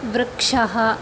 वृक्षः